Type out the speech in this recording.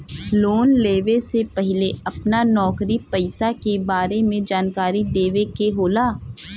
Loan लेवे से पहिले अपना नौकरी पेसा के बारे मे जानकारी देवे के होला?